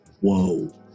Whoa